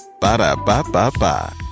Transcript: Ba-da-ba-ba-ba